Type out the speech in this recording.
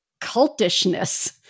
cultishness